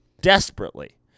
desperately